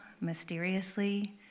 mysteriously